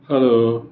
hello